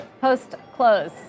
post-close